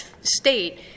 state